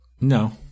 no